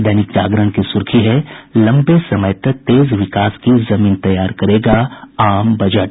दैनिक जागरण की सुर्खी है लम्बे समय तक तेज विकास की जमीन तैयार करेगा आम बजट